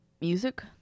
music